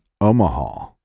Omaha